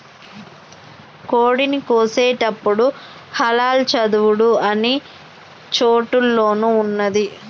కోడిని కోసేటపుడు హలాల్ చదువుడు అన్ని చోటుల్లోనూ ఉన్నాది